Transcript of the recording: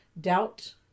Doubt